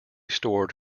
stored